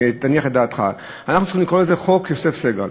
שהיא תניח את דעתך: אנחנו צריכים לקרוא לזה "חוק יוסף סגל",